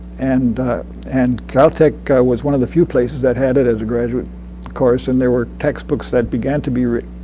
and and cal tech was one of the few places that had it as a graduate course, and there were textbooks that began to be written.